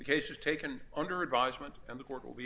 has taken under advisement and the court will be